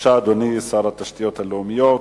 אדוני שר התשתיות הלאומיות,